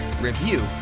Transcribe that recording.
review